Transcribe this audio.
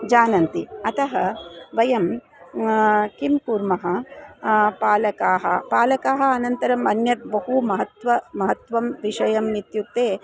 जानन्ति अतः वयं किं कुर्मः पालकाः पालकाः अनन्तरम् अन्यत् बहु महत्वं महत्वं विषयम् इत्युक्ते